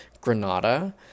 granada